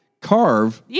carve